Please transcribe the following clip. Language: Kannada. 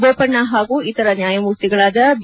ಬೋಪಣ್ಣ ಹಾಗೂ ಇತರ ನ್ಯಾಯಮೂರ್ತಿಗಳಾದ ಬಿ